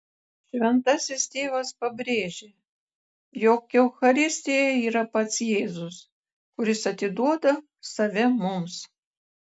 šventasis tėvas pabrėžė jog eucharistija yra pats jėzus kuris atiduoda save mums